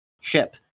ship